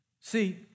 See